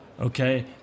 Okay